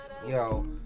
Yo